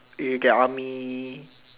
you will get army